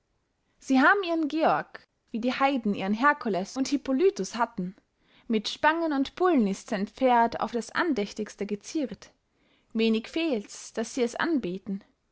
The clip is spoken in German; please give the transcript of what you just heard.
sie haben ihren georg wie die heiden ihren herkules und hippolytus hatten mit spangen und bullen ist sein pferd auf das andächtigste geziert wenig fehlts daß sie es anbeten